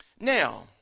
Now